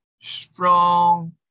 Strong